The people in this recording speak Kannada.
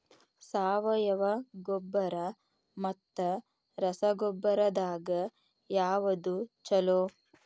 ಸಾವಯವ ಗೊಬ್ಬರ ಮತ್ತ ರಸಗೊಬ್ಬರದಾಗ ಯಾವದು ಛಲೋ?